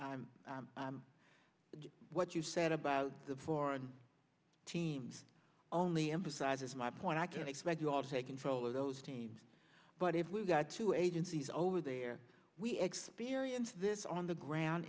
t what you said about the foreign teams only emphasizes my point i can't expect you all to take control of those teams but if we've got two agencies over there we experienced this on the ground